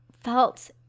felt